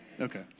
Okay